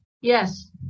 Yes